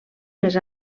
més